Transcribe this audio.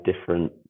different